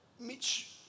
Mitch